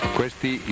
questi